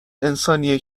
انسانیه